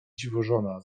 dziwożona